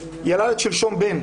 ילדת שלשום בן,